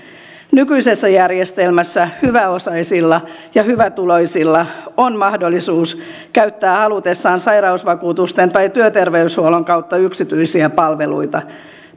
nykyisessä järjestelmässä hyväosaisilla ja hyvätuloisilla on mahdollisuus käyttää halutessaan sairausvakuutusten tai työterveyshuollon kautta yksityisiä palveluita